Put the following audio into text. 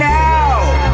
now